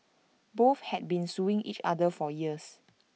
both had been suing each other for years